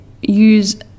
use